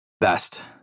best